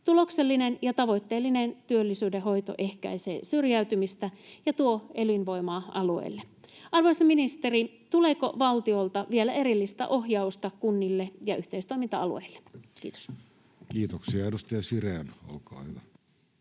Tuloksellinen ja tavoitteellinen työllisyyden hoito ehkäisee syrjäytymistä ja tuo elinvoimaa alueille. Arvoisa ministeri, tuleeko valtiolta vielä erillistä ohjausta kunnille ja yhteistoiminta-alueille? — Kiitos. [Speech